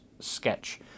sketch